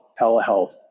telehealth